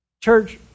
Church